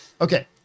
Okay